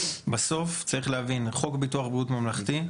בסוף, צריך להבין, חוק ביטוח בריאות ממלכתי,